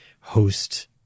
host